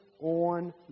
On